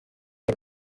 cya